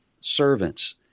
servants